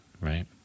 Right